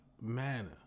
manner